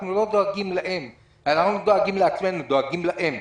אנחנו לא דואגים לעצמנו, אנחנו דואגים להם.